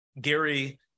Gary